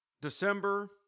December